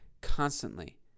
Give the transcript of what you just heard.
constantly